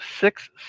six